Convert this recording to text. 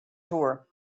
tour